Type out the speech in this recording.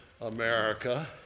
America